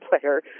player